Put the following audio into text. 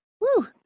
Woo